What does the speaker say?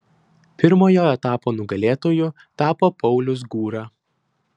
pirmojo etapo nugalėtoju tapo paulius gūra